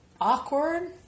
awkward